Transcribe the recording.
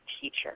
teacher